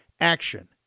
Action